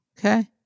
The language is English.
Okay